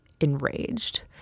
enraged